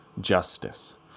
justice